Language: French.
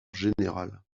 général